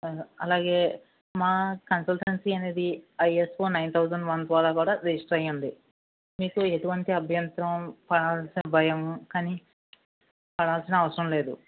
అలా అలాగే మా కన్సల్టెన్సీ అనేది ఐఎస్ఓ నైన్ థౌజండ్ వన్ ద్వారా కూడా రెజిస్టర్ అయి ఉంది మీకు ఎటువంటి అభ్యంతరం పడాల్సి భయం కానీ పడాల్సిన అవసరం లేదు